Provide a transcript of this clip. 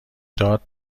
داد